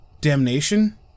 Damnation